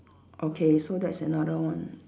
okay so that's another one